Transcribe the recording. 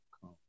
come